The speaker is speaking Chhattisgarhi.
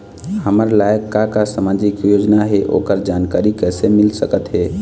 हमर लायक का का सामाजिक योजना हे, ओकर जानकारी कइसे मील सकत हे?